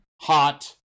hot